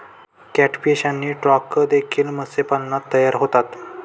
catfish आणि trout देखील मत्स्यपालनात तयार होतात